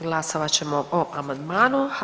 Glasovat ćemo o amandmanu.